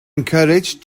encouraged